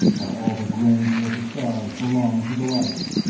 while all the grandeur of the stars belonged to the lhari.